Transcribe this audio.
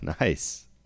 Nice